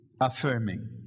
affirming